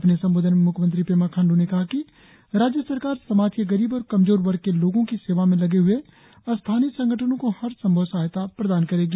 अपने संबोधन में म्ख्यमंत्री पेमा खाण्डू ने कहा कि राज्य सरकार समाज के गरीब और कमजोर वर्ग के लोगों की सेवा में लगे हए स्थानीय संगठनों को हर संभव सहायता प्रदान करेगी